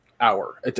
hour